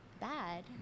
bad